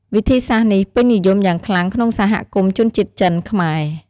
វិធីសាស្ត្រនេះពេញនិយមយ៉ាងខ្លាំងក្នុងសហគមន៍ជនជាតិចិន-ខ្មែរ។